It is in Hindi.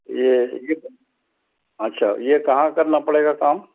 ये ये अच्छा ये कहाँ करना पड़ेगा काम